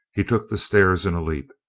he took the stairs in a leap,